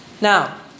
Now